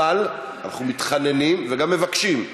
אבל אנחנו מתחננים וגם מבקשים.